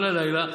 כל הלילה,